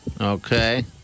Okay